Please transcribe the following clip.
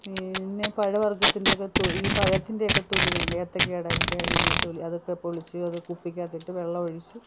പിന്നെ പഴ വർഗ്ഗത്തിൻ്റെയൊക്കെ തൊ ഈ പഴത്തിൻ്റെയൊക്കെ തൊലികളുണ്ട് ഈ ഏത്തയ്ക്കാടെ ഒക്കെ ഈ അതൊക്കെ പൊളിച്ച് അത് കുപ്പിക്കകത്തിട്ട് വെള്ളമൊഴിച്ച്